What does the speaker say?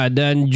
dan